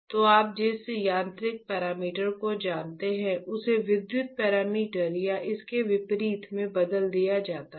तो आप जिस यांत्रिक पैरामीटर को जानते हैं उसे विद्युत पैरामीटर या इसके विपरीत में बदल दिया जाता है